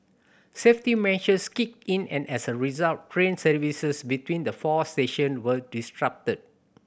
safety measures kicked in and as a result train services between the four station were disrupted